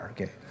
okay